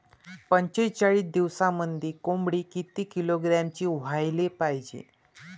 पंचेचाळीस दिवसामंदी कोंबडी किती किलोग्रॅमची व्हायले पाहीजे?